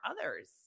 others